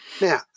Now